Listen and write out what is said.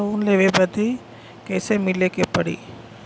Loan लेवे बदी कैसे मिले के पड़ी?